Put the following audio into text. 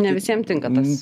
ne visiem tinka tas